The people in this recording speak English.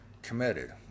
committed